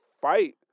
fight